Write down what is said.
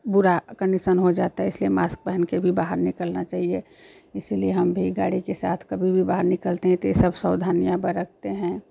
बुरा कन्डीशन हो जाता है इसलिए मास्क पहनकरभी बाहर निकलना चाहिए इसीलिए हम भी गाड़ी के साथ कभी भी बाहर निकलते हैं तो यह सब सावधानियाँ बरतते हैं